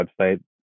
website